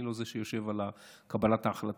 אני לא זה שיושב על קבלת ההחלטה,